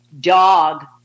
dog